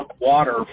water